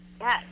Yes